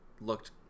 looked